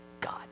God